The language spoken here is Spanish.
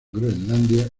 groenlandia